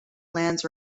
lands